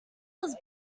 was